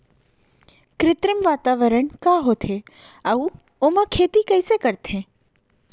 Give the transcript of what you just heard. कृत्रिम वातावरण का होथे, अऊ ओमा खेती कइसे करथे?